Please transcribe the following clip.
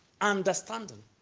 understanding